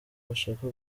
bashaka